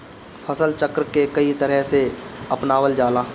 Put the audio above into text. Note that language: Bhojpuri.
फसल चक्र के कयी तरह के अपनावल जाला?